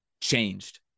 changed